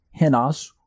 henas